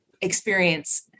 experience